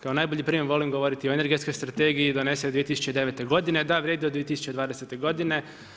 Kao najbolji primjer volim govoriti o Energetskoj strategiji donesenoj 2009. godine, da vrijedi od 2020. godine.